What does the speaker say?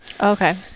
Okay